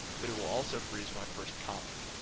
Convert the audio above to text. but it will also freeze my first column,